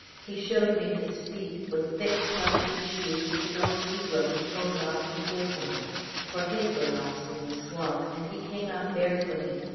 he showed me his feet, with thick clumsy shoes which an old negro had pulled off to give him for his were lost in the swamp, and he came out bare-footed.